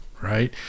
right